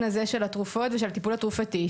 הזה של התרופות ושל הטיפול התרופתי,